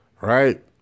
Right